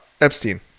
Epstein